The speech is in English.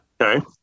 Okay